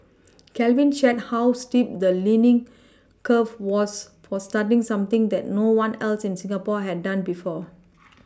Calvin shared how steep the learning curve was for starting something that no one else in Singapore had done before